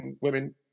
women